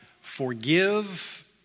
forgive